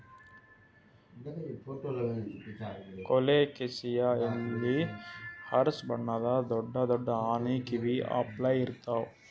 colocasia ಎಲಿ ಹಸ್ರ್ ಬಣ್ಣದ್ ದೊಡ್ಡ್ ದೊಡ್ಡ್ ಆನಿ ಕಿವಿ ಅಪ್ಲೆ ಇರ್ತವ್